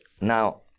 now